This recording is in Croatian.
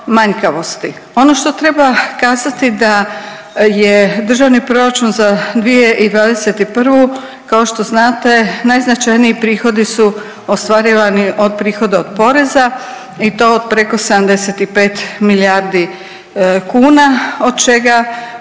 Ono što treba kazati da je Državni proračun za 2021. kao što znate najznačajniji prihodi su ostvarivani od prihoda od poreza i to preko 75 milijardi kuna od čega